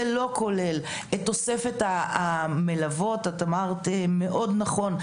זה לא כולל את תוספת המלוות אמרת נכון מאוד,